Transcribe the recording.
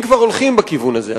אם כבר הולכים בכיוון הזה.